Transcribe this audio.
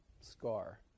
scar